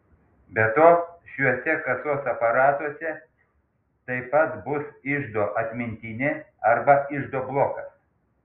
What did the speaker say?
be to šiuose kasos aparatuose taip pat bus iždo atmintinė arba iždo blokas